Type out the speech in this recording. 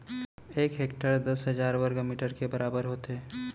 एक हेक्टर दस हजार वर्ग मीटर के बराबर होथे